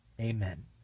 Amen